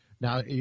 now